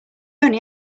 only